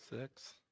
six